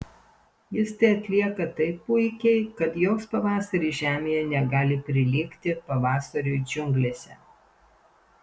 jis tai atlieka taip puikiai kad joks pavasaris žemėje negali prilygti pavasariui džiunglėse